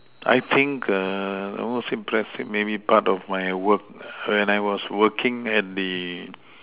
I think err most impressive maybe part of my work when I was working at the